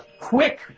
quick